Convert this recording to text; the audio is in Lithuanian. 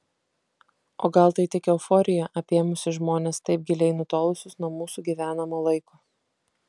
o gal tai tik euforija apėmusi žmones taip giliai nutolusius nuo mūsų gyvenamo laiko